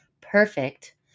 Perfect